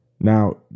Now